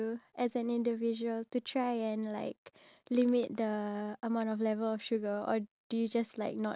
however amount of level of sugars that we want but then again it's important for us to like